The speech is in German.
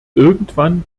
irgendwann